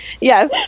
Yes